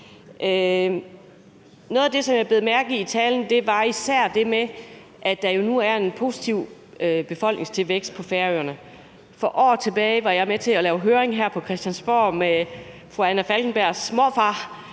Noget af det, som jeg bed mærke i i talen, var især det med, at der jo nu er en positiv befolkningsudvikling på Færøerne. For år tilbage var jeg med til at lave en høring her på Christiansborg med fru Anna Falkenbergs morfar,